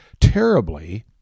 terribly